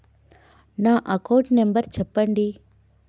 నా account number చెప్పండి?